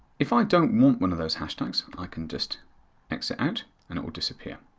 if i don't want one of those hashtags, i can just x it out and it will disappear.